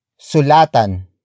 sulatan